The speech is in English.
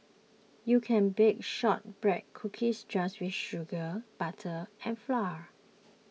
you can bake Shortbread Cookies just with sugar butter and flour